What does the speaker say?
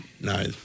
No